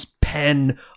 pen